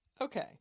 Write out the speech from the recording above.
Okay